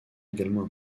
également